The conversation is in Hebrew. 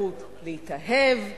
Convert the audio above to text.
זכות להתאהב,